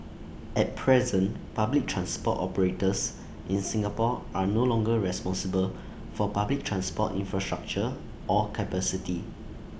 at present public transport operators in Singapore are no longer responsible for public transport infrastructure or capacity